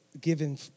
given